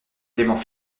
éléments